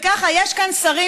יש כאן שרים,